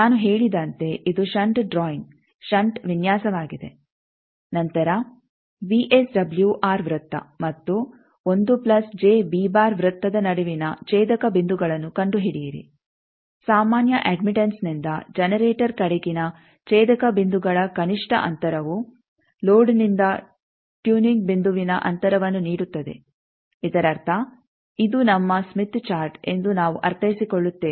ನಾನು ಹೇಳಿದಂತೆ ಇದು ಷಂಟ್ ಡ್ರಾಯಿಂಗ್ ಷಂಟ್ ವಿನ್ಯಾಸವಾಗಿದೆ ನಂತರ ವಿಎಸ್ಡಬ್ಲ್ಯೂಆರ್ ವೃತ್ತ ಮತ್ತು ವೃತ್ತದ ನಡುವಿನ ಛೇದಕ ಬಿಂದುಗಳನ್ನು ಕಂಡುಹಿಡಿಯಿರಿ ಸಾಮಾನ್ಯ ಅಡ್ಮಿಟೆಂಸ್ನಿಂದ ಜನರೇಟರ್ ಕಡೆಗಿನ ಛೇದಕ ಬಿಂದುಗಳ ಕನಿಷ್ಠ ಅಂತರವು ಲೋಡ್ನಿಂದ ಟೂನಿಂಗ್ ಬಿಂದುವಿನ ಅಂತರವನ್ನು ನೀಡುತ್ತದೆ ಇದರರ್ಥ ಇದು ನಮ್ಮ ಸ್ಮಿತ್ ಚಾರ್ಟ್ ಎಂದು ನಾವು ಅರ್ಥೈಸಿಕೊಳ್ಳುತ್ತೇವೆ